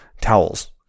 towels